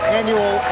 annual